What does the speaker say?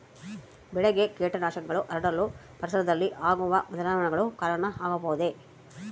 ಬೆಳೆಗೆ ಕೇಟನಾಶಕಗಳು ಹರಡಲು ಪರಿಸರದಲ್ಲಿ ಆಗುವ ಬದಲಾವಣೆಗಳು ಕಾರಣ ಆಗಬಹುದೇ?